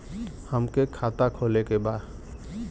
हमके खाता खोले के बा?